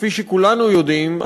כפי שכולנו יודעים,